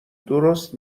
درست